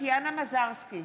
טטיאנה מזרסקי,